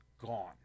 gone